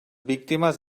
víctimes